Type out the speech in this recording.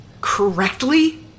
Correctly